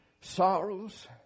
Sorrows